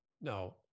No